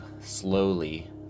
slowly